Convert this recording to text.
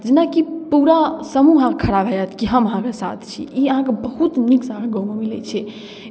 जेनाकि पूरा समूह अहाँके खड़ा भऽ जायत कि हम अहाँके साथ छी ई अहाँकेँ बहुत नीकसँ अहाँके गाममे मिलै छै